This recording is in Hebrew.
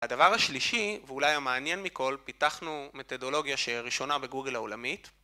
הדבר השלישי, ואולי המעניין מכל, פיתחנו מתודולוגיה שראשונה בגוגל העולמית